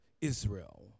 Israel